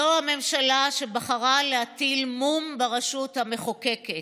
זו הממשלה שבחרה להטיל מום ברשות המחוקקת,